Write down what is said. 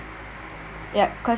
yup because